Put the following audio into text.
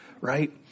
right